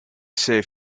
save